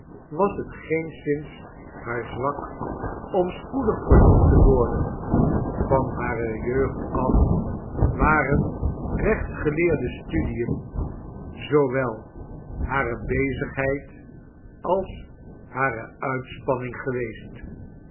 was het geenszins haar zwak om spoedig verliefd te worden van hare jeugd af waren rechtsgeleerde studien zoowel hare bezigheid als hare uitspanning geweest